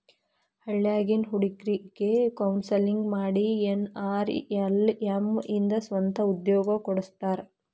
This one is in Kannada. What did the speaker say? ಹಳ್ಳ್ಯಾಗಿನ್ ಹುಡುಗ್ರಿಗೆ ಕೋನ್ಸೆಲ್ಲಿಂಗ್ ಮಾಡಿ ಎನ್.ಆರ್.ಎಲ್.ಎಂ ಇಂದ ಸ್ವಂತ ಉದ್ಯೋಗ ಕೊಡಸ್ತಾರ